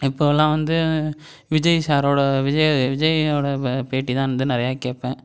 இப்போதெலாம் வந்து விஜய் சாரோட விஜய் விஜய்யோட வ பேட்டி தான் வந்து நிறையா கேட்பேன்